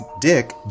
dick